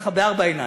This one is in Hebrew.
ככה בארבע עיניים: